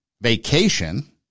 vacation